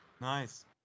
Nice